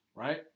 Right